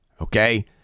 Okay